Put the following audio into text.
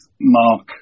Mark